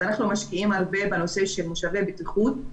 אז אנחנו משקיעים הרבה בנושא של מושבי בטיחות,